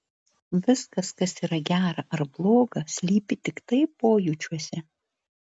viskas kas yra gera ar bloga slypi tiktai pojūčiuose